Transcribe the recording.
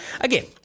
again